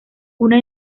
una